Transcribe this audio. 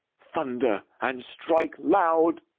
thunder, and strike loud,